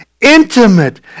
intimate